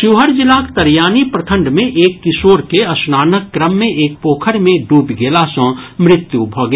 शिवहर जिलाक तरियानी प्रखंड मे एक किशोर के स्नानक क्रम मे एक पोखरि मे डूबि गेला सँ मृत्यु भऽ गेल